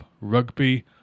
rugby